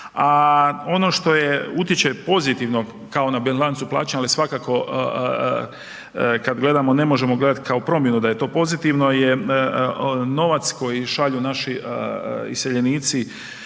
a ono što je utječe pozitivno kao na bilancu plaćanja, ali svakako kad gledamo ne možemo gledati kao promjenu da je to pozitivno je novac koji šalju naši iseljenici